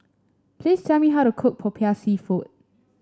please tell me how to cook Popiah seafood